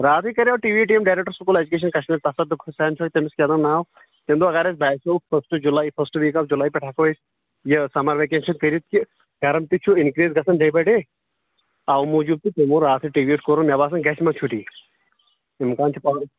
راتھٕے کریٛاو ٹُویٖٹ ییٚمۍ director school education Kashmir Tassaduq Hussain تٔمِس چھُ کیٛاہتام ناو تٔمۍ دوٚپ اگر اَسہِ باسیٚو فٔسٹہٕ جولایی فسٹہٕ ویٖک آف جولایی پیٚٹھ ہیٚکو أسۍ یہِ سمر ویٚکیشن کٔرِتھ کہِ گرم تہِ چھُ اِنکرٛیٖز گژھان ڈیٚے بے ڈیٚے اوٕ موٗجوٗب تہٕ تمٔۍ ووٚن راتھٕے ٹُویٖٹ کوٚرُن مےٚ باسان گژھِ ما چھُٹی